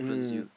mm